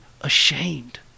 ashamed